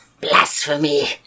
Blasphemy